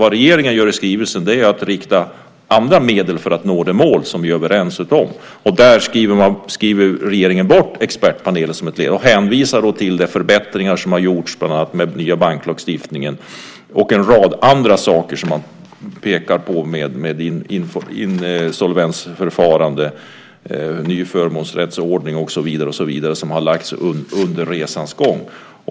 Det regeringen gör i skrivelsen är att rikta uppmärksamheten mot andra medel för att nå de mål som vi är överens om. Där skriver regeringen bort expertpanelen som ett medel och hänvisar till de förbättringar som har gjorts bland annat med ny banklagstiftning och en rad andra saker som man pekar på, insolvensförfarande, ny förmånsrättsordning och så vidare, sådant som har lagts till under resans gång.